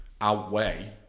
outweigh